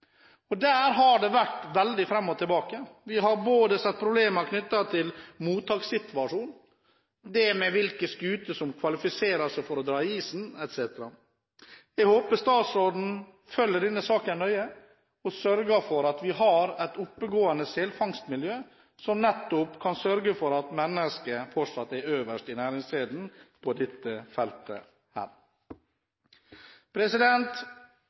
Der har det vært veldig fram og tilbake – vi har sett problemer knyttet til mottakssituasjonen, hvilke skuter som kvalifiserer for å dra i isen, etc. Jeg håper statsråden følger denne saken nøye og sørger for at vi har et oppegående selfangstmiljø som nettopp kan sørge for at mennesket fortsatt er øverst i næringskjeden på dette feltet.